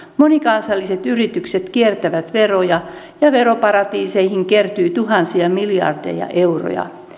monikansalliset yritykset kiertävät veroja ja veroparatiiseihin kertyy tuhansia miljardeja euroja